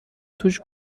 توش